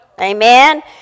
amen